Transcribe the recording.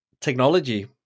technology